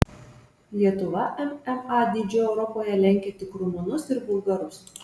lietuva mma dydžiu europoje lenkia tik rumunus ir bulgarus